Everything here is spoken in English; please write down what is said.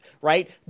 right